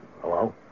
Hello